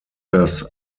das